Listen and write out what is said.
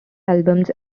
albums